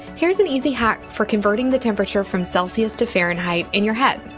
here's an easy hack for converting the temperature from celsius to fahrenheit in your head,